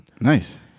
Nice